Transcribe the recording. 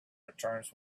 returns